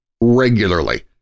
regularly